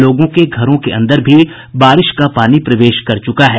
लोगों के घरों के अंदर भी बारिश का पानी प्रवेश कर चुका है